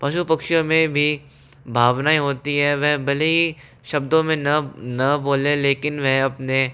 पशु पक्षियों में भी भावनाएं होती हैं वह भले ही शब्दो में ना ना बोले लेकिन वह अपने